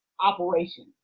operation